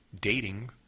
dating